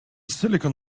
silicon